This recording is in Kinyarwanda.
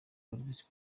visi